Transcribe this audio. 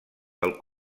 del